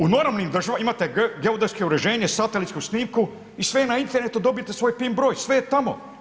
U normalnim državama imate geodetsko uređenje, satelitsku snimku i sve je na internetu, dobijete svoj PIN broj, sve je tamo.